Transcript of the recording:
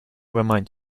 remind